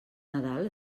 nadal